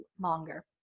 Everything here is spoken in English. longer